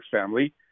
family